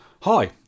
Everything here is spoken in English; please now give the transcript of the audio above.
Hi